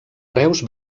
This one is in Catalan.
reus